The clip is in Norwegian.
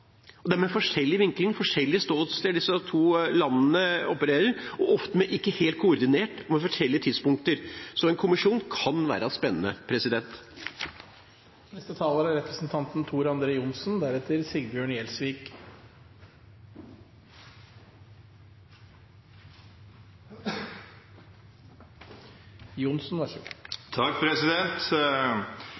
Det er med forskjellig vinkling og forskjellig ståsted disse to landene opererer, ofte ikke helt koordinert og på forskjellige tidspunkter, så en kommisjon kan være spennende.